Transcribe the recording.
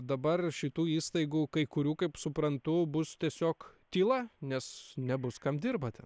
dabar šitų įstaigų kai kurių kaip suprantu bus tiesiog tyla nes nebus kam dirbate